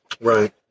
Right